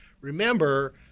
remember